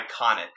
iconic